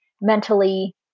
mentally